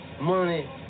Money